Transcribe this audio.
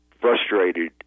frustrated